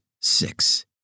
Six